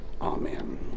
Amen